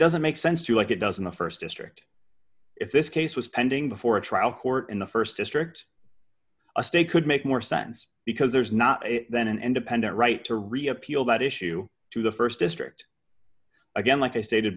doesn't make sense to like it doesn't the st district if this case was pending before a trial court in the st district a state could make more sense because there's not then an independent right to re appeal that issue to the st district again like i stated